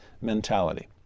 mentality